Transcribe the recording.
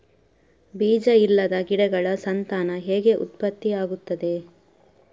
ಬೀಜ ಇಲ್ಲದ ಗಿಡಗಳ ಸಂತಾನ ಹೇಗೆ ಉತ್ಪತ್ತಿ ಆಗುತ್ತದೆ?